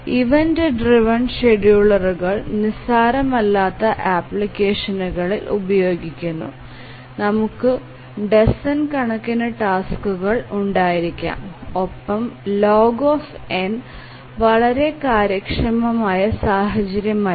event driven ഷെഡ്യൂളറുകൾ നിസ്സാരമല്ലാത്ത അപ്ലിക്കേഷനുകളിൽ ഉപയോഗിക്കുന്നു നമുക്ക് ഡസൻ കണക്കിന് ടാസ്ക്കുകൾ ഉണ്ടായിരിക്കാം ഒപ്പം log വളരെ കാര്യക്ഷമമായ സാഹചര്യമല്ല